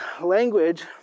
language